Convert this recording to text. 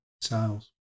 sales